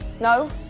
no